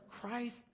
Christ